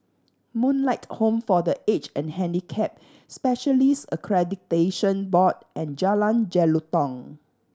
Moonlight Home for The Aged and Handicapped Specialists Accreditation Board and Jalan Jelutong